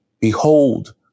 behold